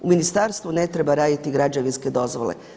U ministarstvu ne treba raditi građevinske dozvole.